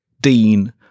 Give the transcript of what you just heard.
dean